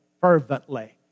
fervently